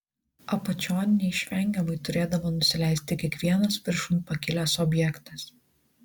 apačion neišvengiamai turėdavo nusileisti kiekvienas viršun pakilęs objektas